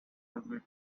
british